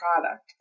product